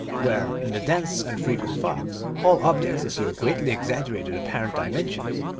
where, in the dense and fre quent fogs, all objects assume greatly exaggerated apparent di mensions.